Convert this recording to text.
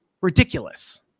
ridiculous